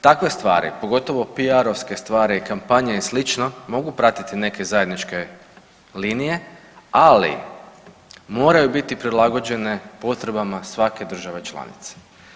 Takve stvari, pogotovo piarovske stvari, kampanje i slično mogu pratiti neke zajedničke linije, ali moraju biti prilagođene potrebama svake države članice.